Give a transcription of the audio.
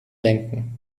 denken